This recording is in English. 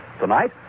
Tonight